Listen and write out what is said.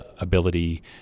ability